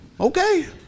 Okay